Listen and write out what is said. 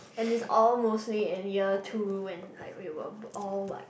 and it's all mostly in year two when like we were all what